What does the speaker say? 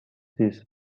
this